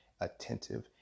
attentive